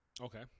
okay